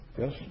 Yes